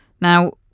Now